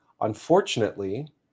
Unfortunately